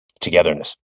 togetherness